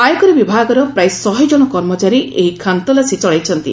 ଆୟକର ବିଭାଗର ପ୍ରାୟ ଶହେଜଣ କର୍ମଚାରୀ ଏହି ଖାନତଲାସି ଚଳାଇଛନ୍ତି